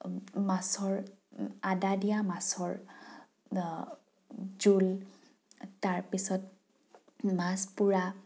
মাছৰ আদা দিয়া মাছৰ জোল তাৰপিছত মাছ পুৰা